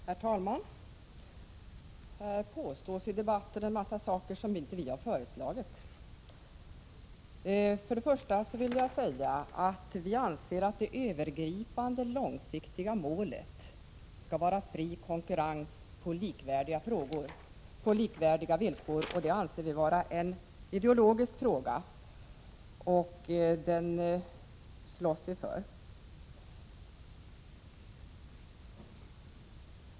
Herr talman! Det påstås en massa saker i debatten som inte vi har föreslagit. Först vill jag säga att vi anser att det övergripande, långsiktiga målet skall vara fri konkurrens på likvärdiga villkor. Det anser vi vara en ideologisk fråga, och den slåss vi för.